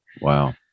Wow